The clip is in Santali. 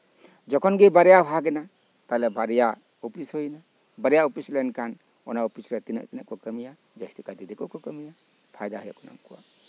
ᱡᱚᱠᱷᱚᱱ ᱜᱮ ᱵᱟᱨᱭᱟ ᱵᱷᱟᱜᱽ ᱮᱱᱟ ᱛᱟᱦᱚᱞᱮ ᱵᱟᱨᱭᱟ ᱚᱯᱤᱥ ᱦᱩᱭᱮᱱᱟ ᱵᱟᱨᱭᱟ ᱚᱯᱤᱥ ᱞᱮᱱ ᱠᱷᱟᱱ ᱚᱱᱟ ᱚᱯᱤᱥ ᱨᱮ ᱛᱤᱱᱟᱹᱜᱼᱛᱤᱱᱟᱹᱜ ᱠᱚ ᱠᱟ ᱢᱤᱭᱟ ᱡᱟ ᱥᱛᱤ ᱠᱟᱭᱛᱮ ᱫᱤᱠᱩ ᱠᱚ ᱠᱟ ᱢᱤᱭᱟ ᱯᱷᱟᱭᱫᱟ ᱦᱩᱭᱩᱜ ᱠᱟᱱᱟ ᱩᱱᱠᱩᱣᱟᱜ